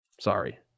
Sorry